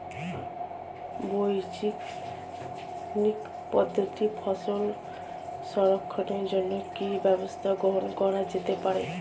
বৈজ্ঞানিক পদ্ধতিতে ফসল সংরক্ষণের জন্য কি ব্যবস্থা গ্রহণ করা যেতে পারে?